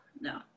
no